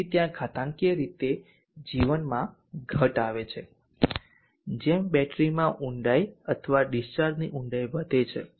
તેથી ત્યાં ઘાતાકીય રીતે જીવનમાં ઘટ આવે છે જેમ બેટરીમાં ઊંડાઈ અથવા ડીસ્ચાર્જની ઊંડાઈ વધે છે